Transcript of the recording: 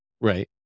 Right